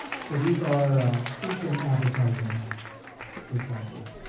so these are truth in advertising requirements.